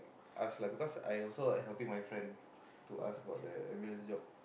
ask lah because I also like helping my friend to ask about the available job